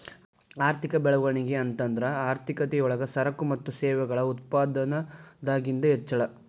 ಆರ್ಥಿಕ ಬೆಳವಣಿಗೆ ಅಂತಂದ್ರ ಆರ್ಥಿಕತೆ ಯೊಳಗ ಸರಕು ಮತ್ತ ಸೇವೆಗಳ ಉತ್ಪಾದನದಾಗಿಂದ್ ಹೆಚ್ಚಳ